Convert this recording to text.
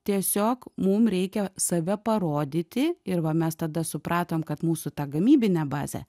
tiesiog mum reikia save parodyti ir va mes tada supratom kad mūsų tą gamybinę bazę